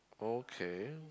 okay